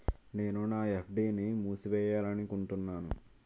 నేను నా ఎఫ్.డి ని మూసివేయాలనుకుంటున్నాను